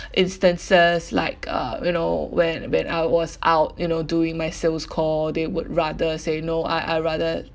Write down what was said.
instances like uh you know when when I was out you know doing my sales call they would rather say no I I rather